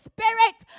Spirit